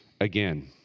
again